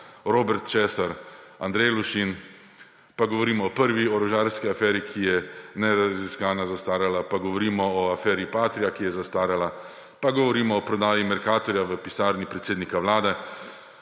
Robert Česar, Andrej Lušin, govorimo o prvi orožarski aferi, ki je neraziskana zastarala, pa govorimo o aferi Patria, ki je zastarala, pa govorimo o prodaj Mercatorja v pisarni predsednika Vlade.